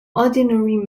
ordinary